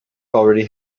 already